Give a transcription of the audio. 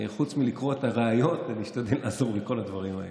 חוץ מלקרוא את הראיות אני אשתדל לעזור בכל הדברים האלה.